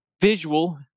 visual